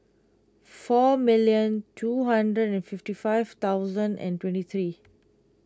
four million two hundred and fifty five thousand and twenty three